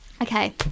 Okay